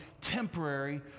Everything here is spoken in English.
temporary